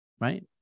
Right